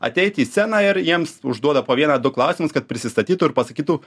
ateiti į sceną ir jiems užduoda po vieną du klausimus kad prisistatytų ir pasakytų